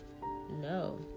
no